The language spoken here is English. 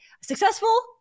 successful